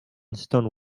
stone